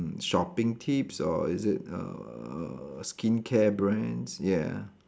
mm shopping tips or is it err skincare brands ya